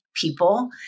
people